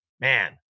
man